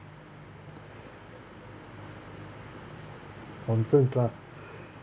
nonsense lah